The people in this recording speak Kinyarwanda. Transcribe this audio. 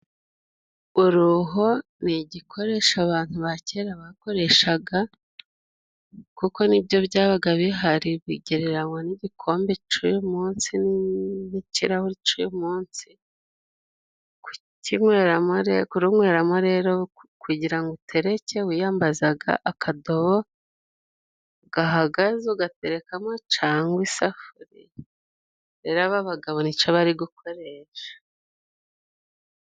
Uruho ni igikoresho abantu ba kera bakoreshaga kuko nibyo byabaga bihari, bigereranywa n'igikombe c'uyu munsi n'ikirahuri c'uyu munsi. Kuruyweramo rero kugira ngo utereke wiyambazaga akadobo gahagaze ugaterekamo cangwa isafuriya, rero aba bagabo nico bari gukoresha.